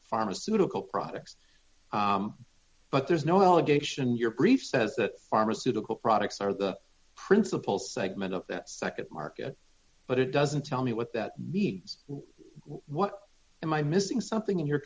pharmaceutical products but there's no allegation your brief says that pharmaceutical products are the principal segment of that nd market but it doesn't tell me what that means what am i missing something